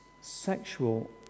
sexual